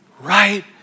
right